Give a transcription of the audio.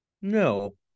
No